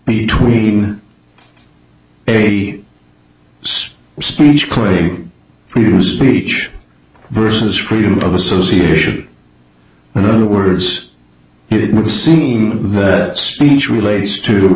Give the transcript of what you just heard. between a state speech crime speech versus freedom of association and other words it would seem that speech relates to